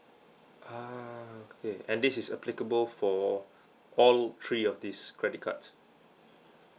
ah okay and this is applicable for all three of these credit cards